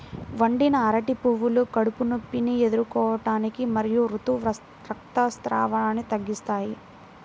వండిన అరటి పువ్వులు కడుపు నొప్పిని ఎదుర్కోవటానికి మరియు ఋతు రక్తస్రావాన్ని తగ్గిస్తాయి